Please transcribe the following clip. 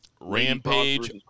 Rampage